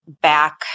back